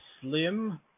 Slim